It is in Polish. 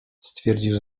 stwierdził